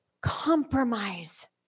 compromise